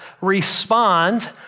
respond